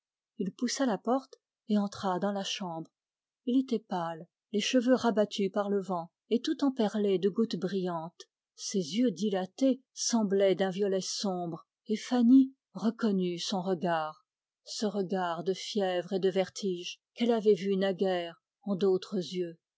il était pâle les cheveux rabattus par le vent et tout emperlés de gouttes brillantes ses yeux dilatés semblaient d'un violet sombre et fanny reconnut son regard ce regard de fièvre et de vertige qu'elle avait vu naguère en d'autres yeux